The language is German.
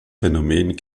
phänomen